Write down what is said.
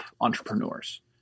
entrepreneurs